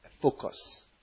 focus